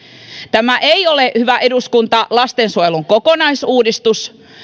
tämä ei ole hyvä eduskunta lastensuojelun kokonaisuudistus